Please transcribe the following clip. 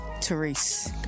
Therese